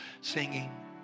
singing